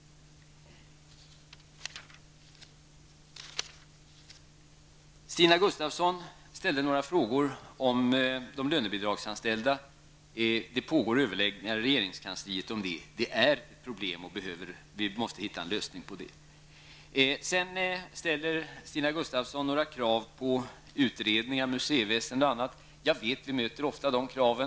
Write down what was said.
Stina Gustavsson hade några frågor om de lönebidragsanställda. Jag kan säga att det pågår överläggningar i regeringskansliet i det sammanhanget. Det finns problem som måste få en lösning. Vidare hade Stina Gustavsson krav på utredningar. Det gäller t.ex. museiväsendet. Vi möter ofta sådana krav.